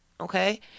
Okay